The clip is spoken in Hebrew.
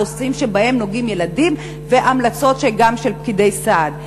נושאים שבהם נוגעים ילדים והמלצות גם של פקידי סעד?